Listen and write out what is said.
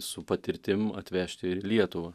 su patirtim atvežti į lietuvą